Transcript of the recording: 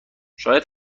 شاید